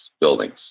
buildings